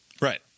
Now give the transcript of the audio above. right